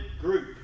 group